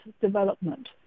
development